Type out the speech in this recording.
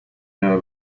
know